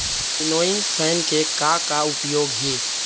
Winnowing fan के का का उपयोग हे?